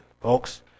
folks